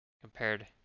compared